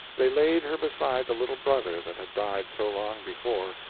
they laid her beside the little brother that had died so long before,